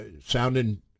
sounding